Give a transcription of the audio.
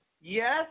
Yes